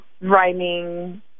rhyming